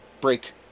break